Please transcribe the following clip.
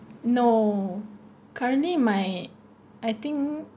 no currently my I think